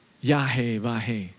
Yahweh